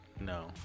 No